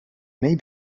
may